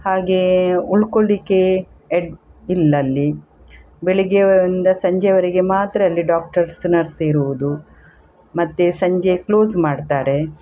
ಹಾಗೆಯೇ ಉಳ್ಕೊಳ್ಳಿಕ್ಕೆ ಎಡ ಇಲ್ಲಲ್ಲಿ ಬೆಳಗ್ಗೆ ಒಂದ ಸಂಜೆವರೆಗೆ ಮಾತ್ರ ಅಲ್ಲಿ ಡಾಕ್ಟರ್ಸ್ ನರ್ಸ್ ಇರುವುದು ಮತ್ತೆ ಸಂಜೆ ಕ್ಲೋಸ್ ಮಾಡ್ತಾರೆ